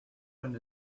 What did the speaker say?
one